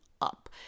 up